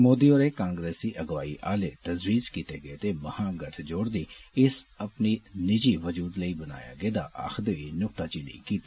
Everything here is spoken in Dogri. मोदी होरें कांग्रेस दी अगुवाई आले तजवीज़ कीते गेदे महागठजोड़ दी इसी अपने निजी बजूद लेई बनाया गेदा आक्खदे होई नुक्ताचीनी कीती